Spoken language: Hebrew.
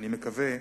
אני מקווה,